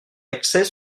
d’accès